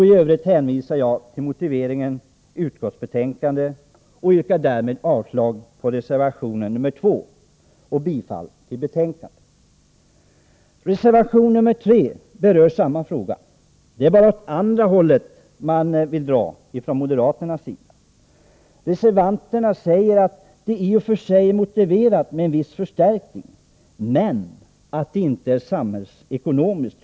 I övrigt hänvisar jag till motiveringen i utskottsbetänkandet. Jag yrkar således avslag på reservation nr 2 samt bifall till utskottets hemställan. Reservation nr 3 berör samma fråga. Det är bara det att man från moderaternas sida drar åt andra hållet. Reservanterna säger att det i och för sig är motiverat med en viss förstärkning men att det trots allt inte är samhällsekonomiskt.